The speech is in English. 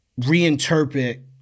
reinterpret